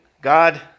God